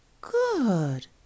Good